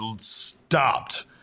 stopped